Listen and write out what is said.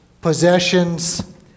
possessions